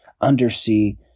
undersea